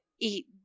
eat